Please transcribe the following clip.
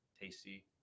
tasty